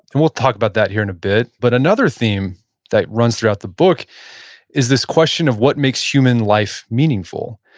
and we'll talk about that here in a bit, but another theme that runs throughout the book is this question of what makes human life meaningful.